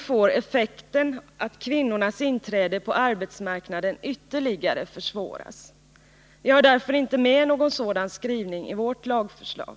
får det effekten att kvinnornas inträde på arbetsmarknaden ytterligare försvåras. Vi har därför Nr 52 inte med någon sådan skrivning i vårt lagförslag.